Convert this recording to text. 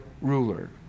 ruler